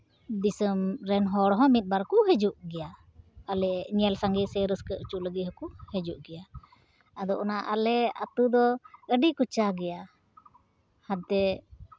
ᱫᱤᱥᱚᱢ ᱨᱮᱱ ᱦᱚᱲ ᱦᱚᱸ ᱢᱤᱫ ᱵᱟᱨ ᱠᱚ ᱦᱤᱡᱩᱜ ᱜᱮᱭᱟ ᱟᱞᱮ ᱧᱮᱞ ᱥᱟᱸᱜᱮ ᱥᱮ ᱨᱟᱹᱥᱠᱟᱹ ᱦᱚᱪᱚ ᱞᱟᱹᱜᱤᱫ ᱦᱚᱸᱠᱚ ᱦᱤᱡᱩᱜ ᱜᱮᱭᱟ ᱟᱫᱚ ᱚᱱᱟ ᱟᱞᱮ ᱟᱹᱛᱩ ᱫᱚ ᱟᱹᱰᱤ ᱠᱳᱪᱟ ᱜᱮᱭᱟ ᱦᱟᱱᱛᱮ